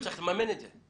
משה בירושלים שלושה ימים.